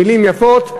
מילים יפות,